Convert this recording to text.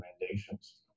recommendations